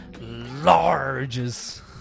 largest